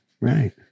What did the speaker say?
Right